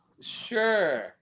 Sure